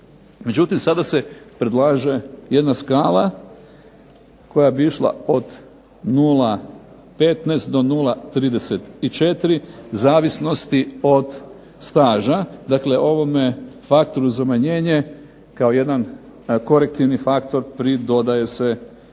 Međutim, sada se predlaže jedna skala koja bi išla od 0,15 do 0,34 zavisnosti od staža. Dakle, ovome faktoru za umanjenje kao jedan korektivni faktor pridodaje se staž.